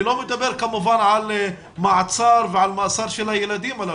אני לא מדבר כמובן על מעצר ועל מאסר של הילדים הללו,